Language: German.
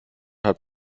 hat